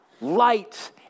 light